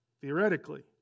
Theoretically